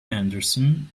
anderson